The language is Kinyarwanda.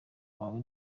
wawe